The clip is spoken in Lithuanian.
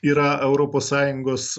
yra europos sąjungos